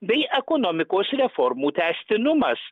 bei ekonomikos reformų tęstinumas